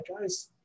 guys